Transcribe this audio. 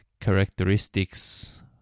characteristics